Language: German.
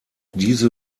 diese